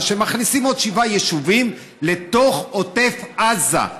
שמכניסים עוד שבעה יישובים לתוך עוטף עזה,